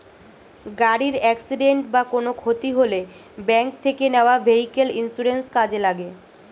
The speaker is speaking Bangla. গাড়ির অ্যাকসিডেন্ট বা কোনো ক্ষতি হলে ব্যাংক থেকে নেওয়া ভেহিক্যাল ইন্সুরেন্স কাজে লাগে